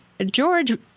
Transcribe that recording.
George